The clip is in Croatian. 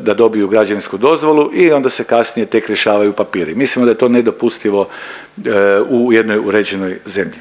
da dobiju građevinsku dozvolu i onda se kasnije tek rješavaju papiri. Mislimo da je to nedopustivo u jednoj uređenoj zemlji.